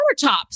countertops